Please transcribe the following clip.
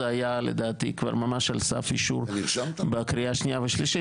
זה היה לדעתי כבר ממש על סף אישור בקריאה שנייה ושלישית,